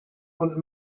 und